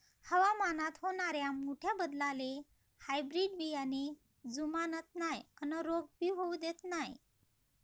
हवामानात होनाऱ्या मोठ्या बदलाले हायब्रीड बियाने जुमानत नाय अन रोग भी होऊ देत नाय